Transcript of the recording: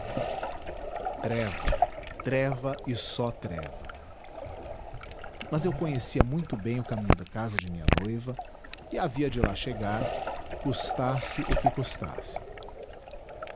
treva treva e só treva mas eu conhecia muito bem o caminho da casa de minha noiva e havia de lá chegar custasse o que custasse